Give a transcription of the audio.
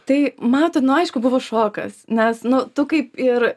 tai matot nu aišku buvo šokas nes nu tu kaip ir